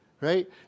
Right